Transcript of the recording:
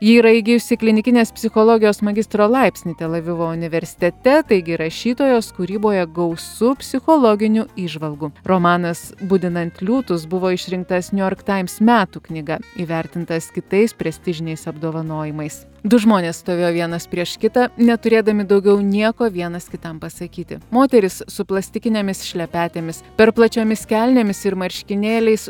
ji yra įgijusi klinikinės psichologijos magistro laipsnį tel avivo universitete taigi rašytojos kūryboje gausu psichologinių įžvalgų romanas budinant liūtus buvo išrinktas new york times metų knyga įvertintas kitais prestižiniais apdovanojimais du žmonės stovėjo vienas prieš kitą neturėdami daugiau nieko vienas kitam pasakyti moteris su plastikinėmis šlepetėmis per plačiomis kelnėmis ir marškinėliais